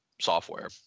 software